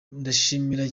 ndashimira